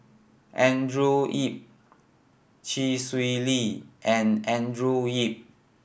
Andrew Yip Chee Swee Lee and Andrew Yip